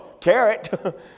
carrot